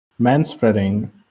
manspreading